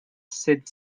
set